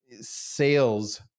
sales